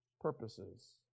purposes